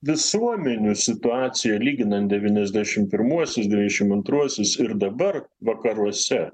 visuomenių situacija lyginant devyniasdešimt pirmuosius devyniasdešimt antruosius ir dabar vakaruose